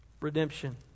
Redemption